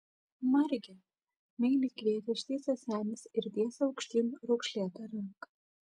marge meiliai kvietė ištįsęs senis ir tiesė aukštyn raukšlėtą ranką